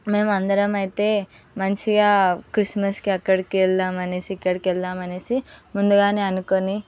మేమందరం అయితే మంచిగా క్రిస్మస్కి ఎక్కడికి వెళ్దాం అనేసి ఇక్కడికి వెళ్దాం అనేసి ముందుగానే అనుకొని